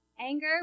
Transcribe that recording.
Anger